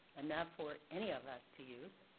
enough for any of us to use.